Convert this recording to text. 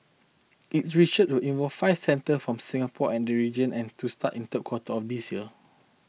its research will involve five centres from Singapore and region and to start in third quarter of this year